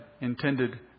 intended